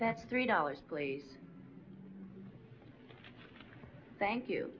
that's three dollars please thank you